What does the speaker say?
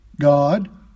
God